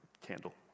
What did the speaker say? Candle